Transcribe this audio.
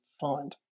find